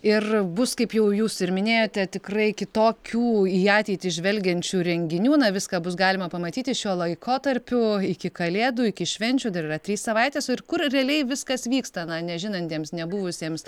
ir bus kaip jau jūs ir minėjote tikrai kitokių į ateitį žvelgiančių renginių viską bus galima pamatyti šiuo laikotarpiu iki kalėdų iki švenčių dar yra trys savaitės kur realiai viskas vyksta na nežinantiems nebuvusiems